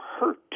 hurt